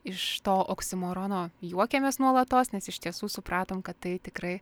iš to oksimorono juokėmės nuolatos nes iš tiesų supratom kad tai tikrai